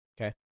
Okay